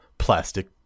plastic